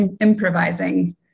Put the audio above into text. improvising